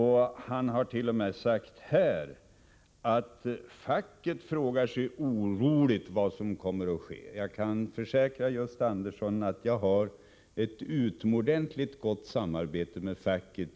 Han har t.o.m. sagt att facket oroligt frågar sig vad som kommer att ske. Jag kan försäkra Gösta Andersson att jag har ett utomordentligt gott samarbete med facket.